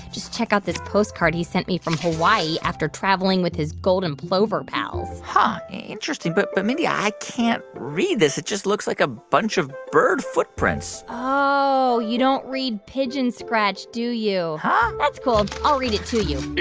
just check out this postcard he sent me from hawaii after traveling with his golden plover pals huh, interesting. but, but mindy, i can't read this. it just looks like a bunch of bird footprints oh, you don't read pigeon scratch, do you? huh that's cool. i'll read it to you.